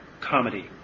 comedy